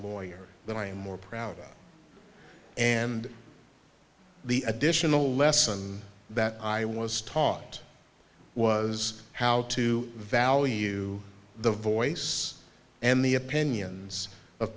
lawyer that i am more proud of and the additional lesson that i was taught was how to value the voice and the opinions of